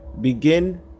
begin